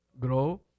grow